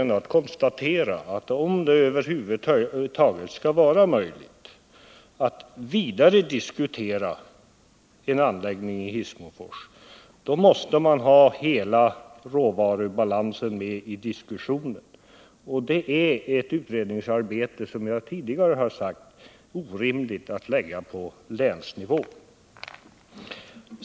Vi kan konstatera att om vi över huvud taget skall tala om möjligheten av en anläggning i Hissmofors, måste man ta hänsyn till hela råvarubalansen, men det utredningsarbetet har jag tidigare sagt att det är orimligt att lägga på länsnivå.